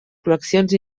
col·leccions